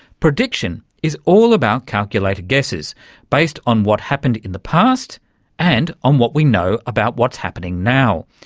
prediction is all about calculated guesses based on what happened in the past and on what we know about what's happening now.